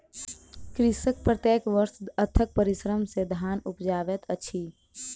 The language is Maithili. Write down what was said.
कृषक प्रत्येक वर्ष अथक परिश्रम सॅ धान उपजाबैत अछि